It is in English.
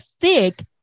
thick